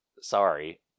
sorry